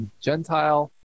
Gentile